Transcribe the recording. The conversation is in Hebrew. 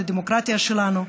לדמוקרטיה שלנו,